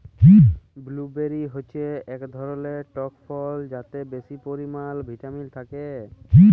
blueberry হচ্যে এক ধরলের টক ফল যাতে বেশি পরিমালে ভিটামিল থাক্যে